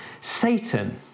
Satan